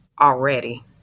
already